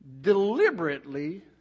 deliberately